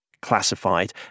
classified